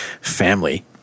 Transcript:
family